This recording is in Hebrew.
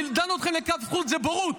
אני דן אתכם לכף זכות, זו בורות.